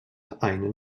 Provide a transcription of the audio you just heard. einen